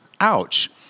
Ouch